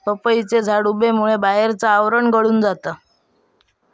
पपईचे झाड उबेमुळे बाहेरचा आवरण गळून जाता